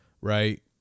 right